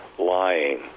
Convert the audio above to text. lying